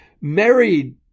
married